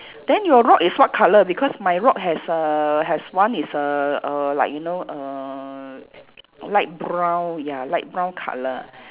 then your rock is what colour because my rock has uh has one is err err like you know err light brown ya light brown colour